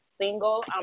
single